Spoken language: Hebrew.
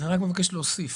אני מבקש להוסיף: